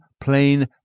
plain